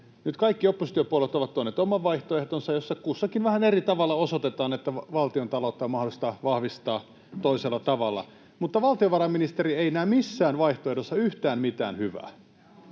Nyt kaikki oppositiopuolueet ovat tuoneet oman vaihtoehtonsa, joissa kussakin vähän eri tavalla osoitetaan, että valtiontaloutta on mahdollista vahvistaa toisella tavalla, mutta valtiovarainministeri ei näe missään vaihtoehdossa yhtään mitään hyvää